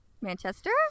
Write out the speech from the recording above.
Manchester